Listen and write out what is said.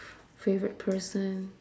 favourite person